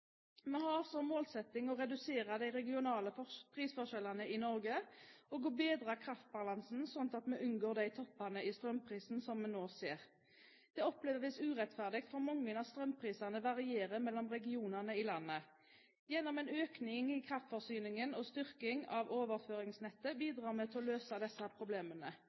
Vi har som målsetting å redusere de regionale prisforskjellene i Norge, og å bedre kraftbalansen, så vi unngår de toppene i strømprisen som vi ser nå. Det oppleves urettferdig for mange at strømprisene varierer mellom regionene i landet. Gjennom en økning i kraftforsyningen og styrking av overføringsnettet bidrar vi til å løse disse problemene.